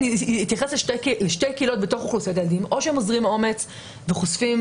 אתייחס לשתי קהילות בתוך אוכלוסיית הילדים או הם אוזרים אומץ וחושפים